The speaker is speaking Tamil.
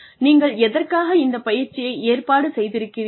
நீங்கள் எதற்காக இந்த பயிற்சியை ஏற்பாடு செய்திருக்கிறீர்கள்